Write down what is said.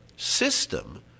System